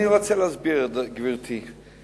אני רוצה להסביר, גברתי.